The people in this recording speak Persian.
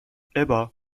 ابا